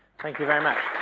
thank you very much.